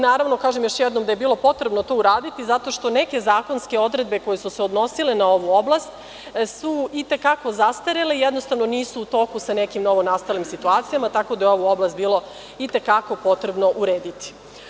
Naravno, kažem još jednom da je bilo potrebno to uraditi zato što neke zakonske odredbe koje su se odnosile na ovu oblast su i te kako zastarele, jednostavno nisu u toku sa nekim novonastalim situacijama, tako da je ovu oblast bilo i te kako potrebno urediti.